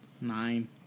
nine